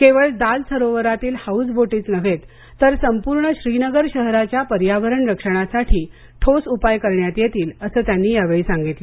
केवळ दाल सरोवरातील हाउस बोटी च नव्हेत तर संपूर्ण श्रीनगर शहराच्या पर्यावरण रक्षणासाठी ठोस उपाय करण्यात येतील असं त्यांनी यावेळी सांगितलं